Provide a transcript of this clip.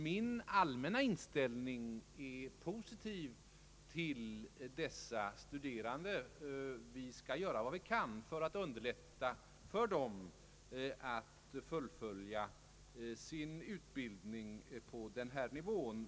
Min allmänna inställning till dessa studerande är positiv, och vi skall göra vad vi kan för att underlätta för dem att fullfölja sin utbildning på denna nivå.